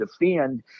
defend